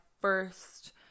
first